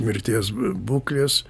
mirties būklės